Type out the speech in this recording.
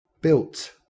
built